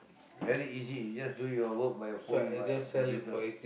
very easy you just do your work by your phone by your computer